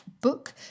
book